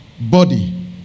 body